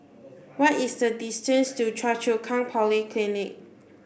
what is the distance to Choa Chu Kang Polyclinic